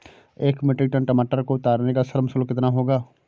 एक metric ton टमाटर को उतारने का श्रम शुल्क कितना होगा?